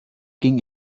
ging